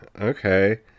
Okay